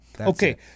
Okay